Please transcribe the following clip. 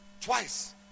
Twice